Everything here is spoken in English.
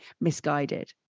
misguided